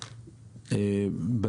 גור,